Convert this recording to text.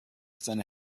seine